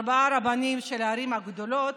ארבעה רבנים של הערים הגדולות,